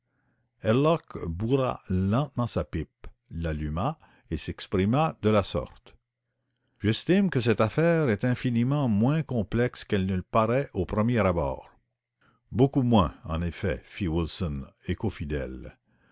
lentement sa pipe l'alluma et s'exprima de la sorte j'estime que cette affaire est infiniment moins complexe qu'elle ne le paraît beaucoup moins en effet fit wilson écho fidèle